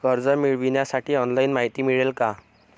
कर्ज मिळविण्यासाठी ऑनलाइन माहिती मिळेल का?